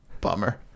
Bummer